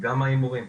גם ההימורים.